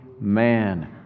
man